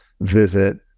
visit